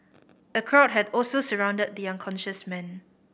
a crowd had also surrounded the unconscious man